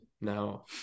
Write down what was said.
No